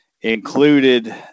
included